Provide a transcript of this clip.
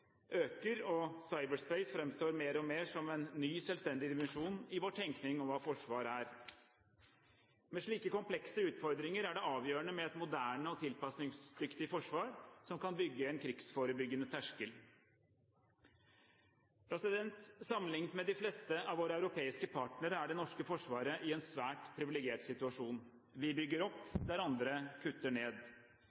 øker, og cyberspace framstår mer og mer som en ny selvstendig dimensjon i vår tenkning om hva forsvar er. Med slike komplekse utfordringer er det avgjørende med et moderne og tilpasningsdyktig forsvar som kan bygge en krigsforebyggende terskel. Sammenlignet med de fleste av våre europeiske partnere er det norske forsvaret i en svært privilegert situasjon. Vi bygger opp